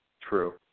True